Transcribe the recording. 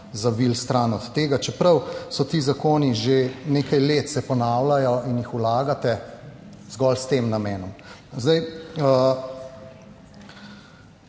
zavili stran od tega, čeprav se ti zakoni že nekaj let ponavljajo in jih vlagate zgolj s tem namenom.